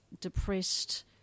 depressed